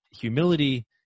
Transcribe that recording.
humility